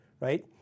right